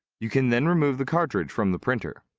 you can then remove the cartridge from the printer.